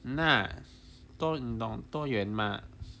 mm nah 多你懂多远吗